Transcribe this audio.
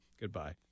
Goodbye